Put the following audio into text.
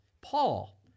Paul